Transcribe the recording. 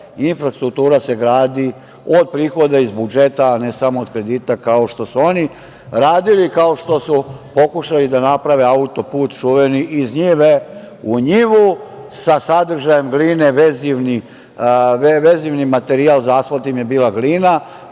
infrastruktura se gradi od prihoda iz budžeta, ne samo od kredita kao što su oni radili, kao što su pokušali da naprave autoput čuveni iz njive u njivu sa sadržajem gline. Vezivni materijal za asfalt im je bila glina,